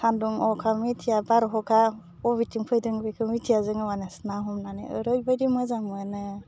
सान्दुं अखा मिथिया बारहखा अबेथिं फैदों बेखौ मिथिया जोङो माने ना हमनानै ओरैबायदि मोजां मोनो